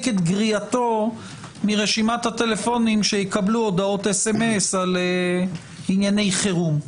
את גריעתו מרשימת הטלפונים שיקבלו מסרונים על ענייני חירום.